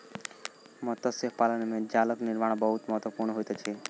मत्स्य पालन में जालक निर्माण बहुत महत्वपूर्ण होइत अछि